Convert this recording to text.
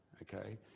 Okay